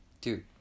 Dude